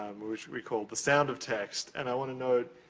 um which we call the sound of text. and i wanna note,